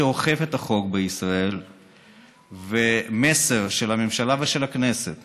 שאוכף את החוק בישראל ומסר של הממשלה ושל הכנסת